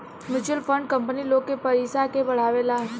mutual fund company लोग के पयिसा के बढ़ावेला